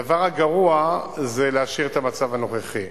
הדבר הגרוע זה להשאיר את המצב הנוכחי.